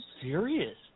serious